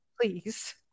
please